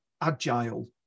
agile